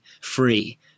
free